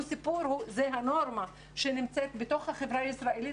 זה הנורמה שנמצאת בתוך החברה הישראלית,